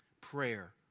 prayer